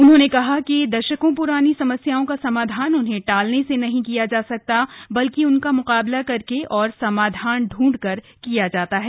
उन्होंने कहा कि दशको प्रानी समस्याओं का समाधान उसे टालने से नहीं किया जा सकता बल्कि उनका म्काबला करके और समाधान ढूंढ कर किया जाता है